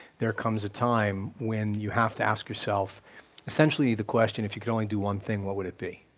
there comes a time when you have to ask yourself essentially the question if you could only do one thing, what would it be?